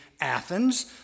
Athens